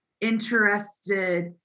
interested